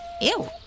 Ew